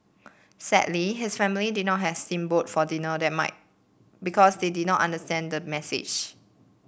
sadly his family did not have steam boat for dinner that might because they did not understand the message